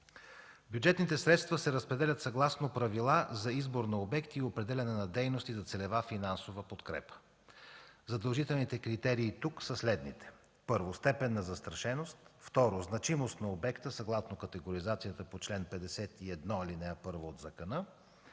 Бюджетните средства се разпределят съгласно правила за избор на обекти и определяне на дейности за целева финансова подкрепа. Задължителните критерии тук са следните: Първо, степен на застрашеност. Второ, значимост на обекта, съгласно категоризацията по чл. 51, ал. 1 от Закона